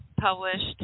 published